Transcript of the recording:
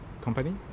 company